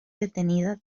detenida